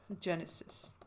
Genesis